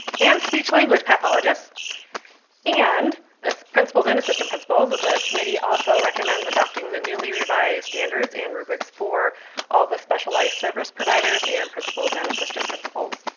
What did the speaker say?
and speech language pathologists and ah so principals and assistant principals. the committee also recommends adopting the newly revised standards and rubrics for all the specialized service providers and principals and assistant principals.